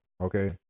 Okay